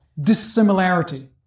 dissimilarity